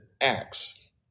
Acts